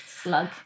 slug